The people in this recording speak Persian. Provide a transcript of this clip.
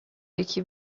یکی